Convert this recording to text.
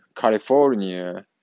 California